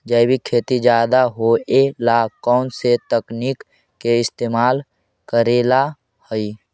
जैविक खेती ज्यादा होये ला कौन से तकनीक के इस्तेमाल करेला हई?